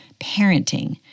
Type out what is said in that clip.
parenting